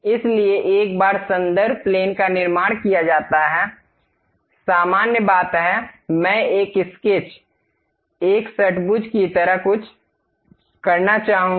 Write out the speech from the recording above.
इसलिए एक बार संदर्भ प्लेन का निर्माण किया जाता है सामान्य बात है मैं एक स्केच एक षट्भुज की तरह कुछ करना चाहूंगा